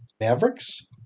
Mavericks